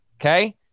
Okay